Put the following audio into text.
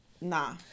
nah